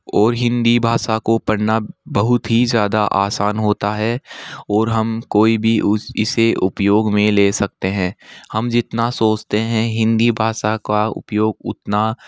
और हिंदी भाषा को पढ़ना बहुत ही ज़्यादा आसान होता है और हम कोई भी उस इसे प्रयोग में ले सकते हैं हम जितना सोचते हैं हिंदी भाषा का उपयोग उतना